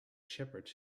shepherds